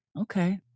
Okay